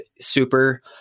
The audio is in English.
super